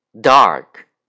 dark